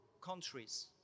countries